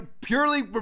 purely